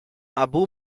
abu